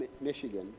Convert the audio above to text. Michigan